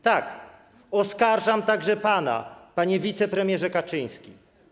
Tak, oskarżam także pana, panie wicepremierze Kaczyński.